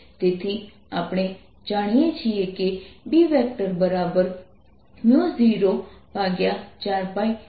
તેથી આપણે જાણીએ છીએ કે B 04π3m